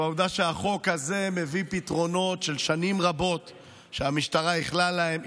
בעובדה שהחוק הזה מביא פתרונות ששנים רבות המשטרה ייחלה להם,